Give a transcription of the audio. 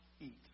eat